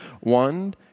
one